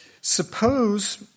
Suppose